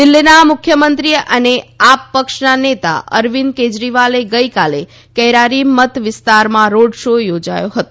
દિલ્ફીના મુખ્યમંત્રી અને આપ પક્ષના નેતા અરવિંદ કેજરીવાલે ગઇકાલે કૈરારી મત વિસ્તારમાં રોડ શો યોજયો હતો